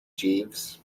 jeeves